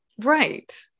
right